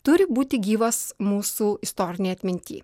turi būti gyvas mūsų istorinėj atminty